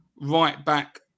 right-back